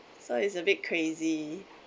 so it's a bit crazy